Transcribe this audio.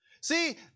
See